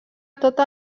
totes